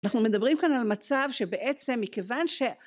אנחנו מדברים כאן על מצב שבעצם מכיוון ש...